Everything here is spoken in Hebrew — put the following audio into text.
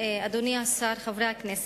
אדוני השר, חברי הכנסת,